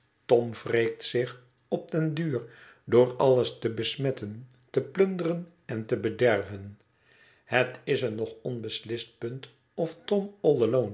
tom wreekt zich op den duur door alles te besmetten te plunderen en te bederven het is een nog onbeslist punt of